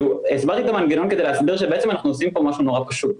הסברתי את המנגנון כדי להסביר שבעצם אנחנו עושים פה משהו מאוד פשוט,